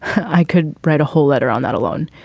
i could write a whole letter on that alone.